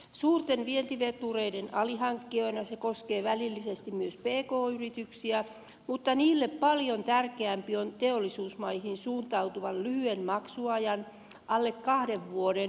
suurten vientivetureiden alihankkijoina se koskee välillisesti myös pk yrityksiä mutta niille paljon tärkeämpi on teollisuusmaihin suuntautuvan lyhyen maksuajan alle kahden vuoden luottovakuutus